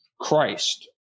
Christ